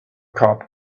cop